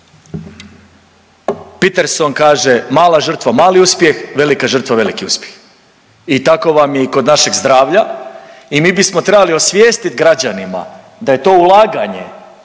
Peterson kaže mala žrtva mali uspjeh, velika žrtva veliki uspjeh i tako vam je i kod našeg zdravlja i mi bismo trebali osvijestit građanima da je to ulaganje,